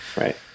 right